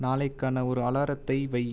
நாளைக்கான ஒரு அலாரத்தை வை